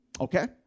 Okay